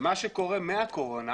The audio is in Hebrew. מאז הקורונה,